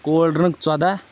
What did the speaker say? cold drink ژۄداہ